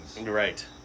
Right